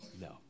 No